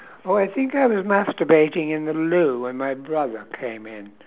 oh I think I was masturbating in the loo when my brother came in